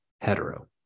hetero